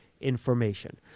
information